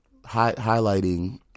highlighting